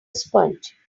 sponge